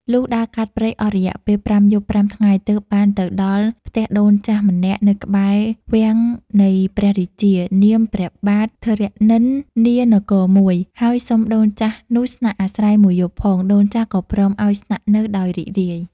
លុះដើរកាត់ព្រៃអស់រយៈពេល ៥យប់៥ថ្ងៃ ទើបបានទៅដល់ផ្ទះដូនចាស់ម្នាក់នៅក្បែរវាំងនៃព្រះរាជា នាមព្រះបាទធរណិតនានគរមួយ ហើយសុំដូនចាស់នោះស្នាក់អាស្រ័យមួយយប់ផង ដូនចាស់ក៏ព្រមឲ្យស្នាក់នៅដោយរីករាយ។